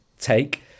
take